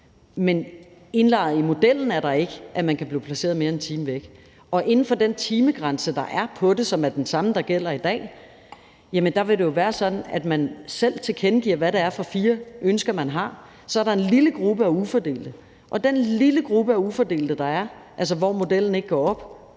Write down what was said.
Men indlejret i modellen ligger der ikke, at man kan blive placeret mere end 1 times kørsel væk. Og inden for den timegrænse, der er, og som er den samme, der gælder i dag, vil det jo være sådan, at man selv tilkendegiver, hvad det er for fire ønsker, man har, og så er der en lille gruppe af ufordelte, for hvem modellen ikke går op,